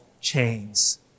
chains